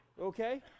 Okay